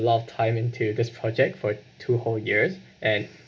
a lot of time into this project for two whole years and